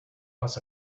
fuss